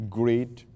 great